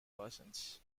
persons